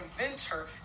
inventor